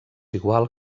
igual